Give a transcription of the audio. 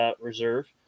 Reserve